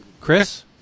Chris